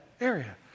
area